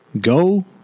go